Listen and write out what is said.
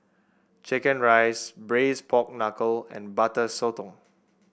chicken rice Braised Pork Knuckle and Butter Sotong